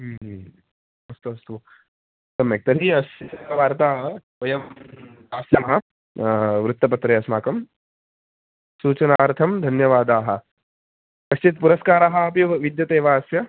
अस्तु अस्तु सम्यक् तर्हि अस्य वार्तां वयं दास्यामः वृत्तपत्रे अस्माकं सूचनार्थं धन्यवादाः कश्चित् पुरस्कारः अपि विद्यते वा अस्य